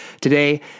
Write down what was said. Today